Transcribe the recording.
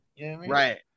Right